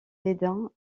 dédain